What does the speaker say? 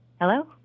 Hello